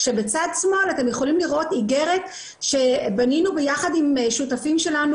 כשבצד שמאל אתם יכולים לראות איגרת שבנינו ביחד עם שותפים שלנו,